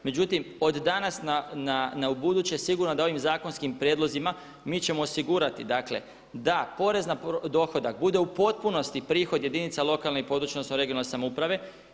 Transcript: Međutim, od danas na ubuduće sigurno da ovim zakonskim prijedlozima mi ćemo osigurati dakle da porez na dohodak bude u potpunosti prihod jedinica lokalne i područne (regionalne) samouprave.